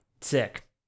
Sick